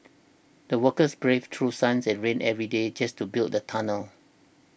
the workers braved through suns and rain every day just to build the tunnel